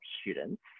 students